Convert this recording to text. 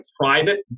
private